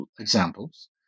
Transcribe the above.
examples